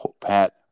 Pat